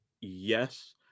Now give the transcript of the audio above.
Yes